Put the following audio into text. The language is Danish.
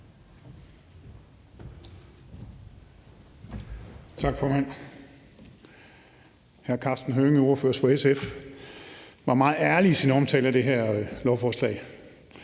Tak, formand. Hr. Karsten Hønge, ordføreren for SF, var meget ærlig i sin omtale af det her lovforslag.